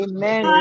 Amen